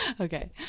Okay